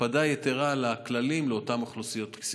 הקפדה יתרה על הכללים באותן אוכלוסיות בסיכון.